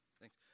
Thanks